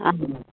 ஆமாம்